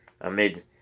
Amid